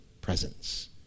presence